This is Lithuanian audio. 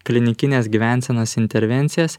klinikinės gyvensenos intervencijas